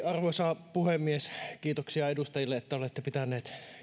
arvoisa puhemies kiitoksia edustajille että olette pitäneet